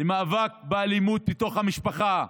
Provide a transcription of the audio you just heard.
למאבק באלימות בתוך המשפחה,